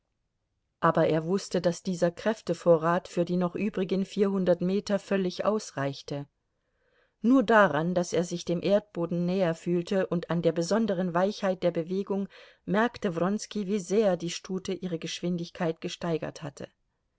aber er wußte daß dieser kräftevorrat für die noch übrigen vierhundert meter völlig ausreichte nur daran daß er sich dem erdboden näher fühlte und an der besonderen weichheit der bewegung merkte wronski wie sehr die stute ihre geschwindigkeit gesteigert hatte